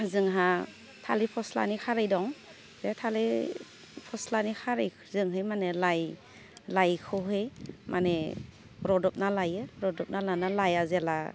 जोंहा थालिर फस्लानि खारै दं बे थालिर फस्लानि खारैजोंहाय माने लाइ लाइखौहै माने रुदबना लायो रुदबना लाना लाइया जेब्ला